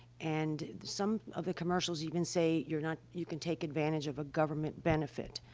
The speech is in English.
and some of the commercials even say, you're not you can take advantage of a government benefit.